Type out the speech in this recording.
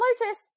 Lotus